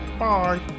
Bye